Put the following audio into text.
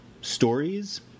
stories